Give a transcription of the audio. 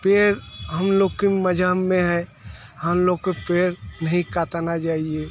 पेड़ हम लोग के में है हम लोग के पेड़ नहीं काटना चाहिए